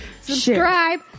Subscribe